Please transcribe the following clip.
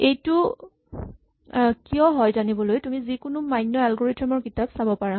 এইটো কিয় হয় জানিবলৈ তুমি যিকোনো মান্য এলগৰিথম ৰ কিতাপ চাব পাৰা